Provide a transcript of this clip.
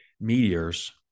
meteors